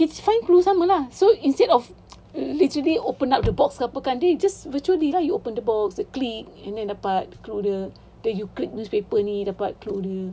it's find clues sama lah so instead of open up the box apa kan then you just virtually open the box the click and then dapat clue dia then you click newspaper ni dapat clue ni